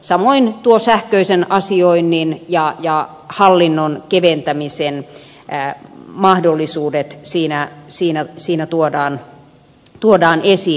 samoin sähköisen asioinnin ja hallinnon keventämisen mahdollisuudet siinä tuodaan esiin